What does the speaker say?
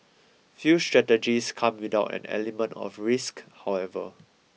few strategies come without an element of risk however